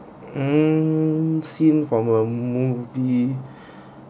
mm scene from a movie